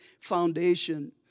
foundation